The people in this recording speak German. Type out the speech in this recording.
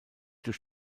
durch